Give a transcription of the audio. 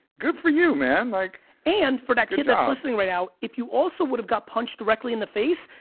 good for you, man. like and for that kid that's listening right now, if you also would've got punched directly in the face,